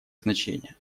значение